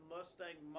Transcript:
Mustang